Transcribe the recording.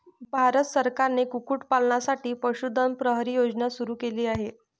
भारत सरकारने कुक्कुटपालनासाठी पशुधन प्रहरी योजना सुरू केली आहे